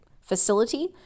facility